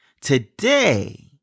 Today